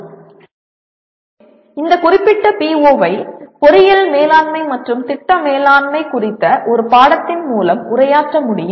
மேலும் இந்த குறிப்பிட்ட PO ஐ பொறியியல் மேலாண்மை மற்றும் திட்ட மேலாண்மை குறித்த ஒரு பாடத்தின் மூலம் உரையாற்ற முடியும்